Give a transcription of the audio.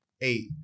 eight